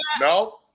no